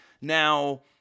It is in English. Now